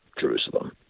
Jerusalem